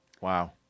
Wow